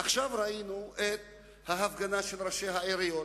עכשיו ראינו את ההפגנה של ראשי העיריות.